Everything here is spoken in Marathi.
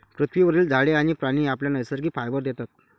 पृथ्वीवरील झाडे आणि प्राणी आपल्याला नैसर्गिक फायबर देतात